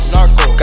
Narco